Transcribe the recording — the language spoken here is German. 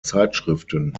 zeitschriften